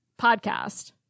podcast